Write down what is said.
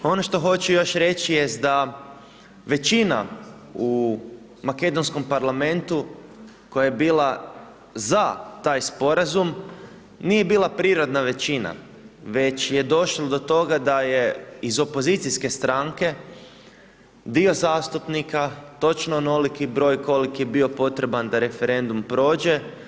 Ono što hoću još reći jest da većina u makedonskom parlamentu koja je bila za taj sporazum, nije bila prirodna većina, već je došlo do toga da je iz opozicijske stranke, dio zastupnika točno onoliki broj koliki je bo potreban da referendum prođe.